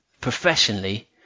professionally